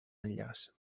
enllaç